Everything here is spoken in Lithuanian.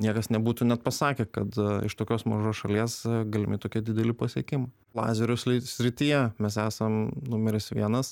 niekas nebūtų net pasakę kad iš tokios mažos šalies galimi tokie dideli pasiekimai lazerių srityje mes esam numeris vienas